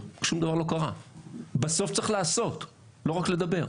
אבל בסוף צריך לעשות ולא רק לדבר.